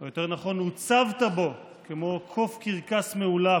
או יותר נכון הוצבת בו כמו קוף קרקס מאולף,